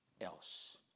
else